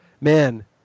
Man